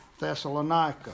Thessalonica